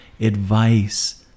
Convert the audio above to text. advice